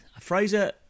Fraser